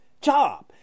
job